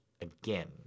again